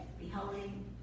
beholding